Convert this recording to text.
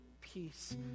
peace